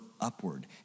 upward